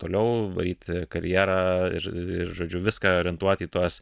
toliau varyti karjera ir ir žodžiu viską orientuot į tuos